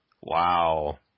Wow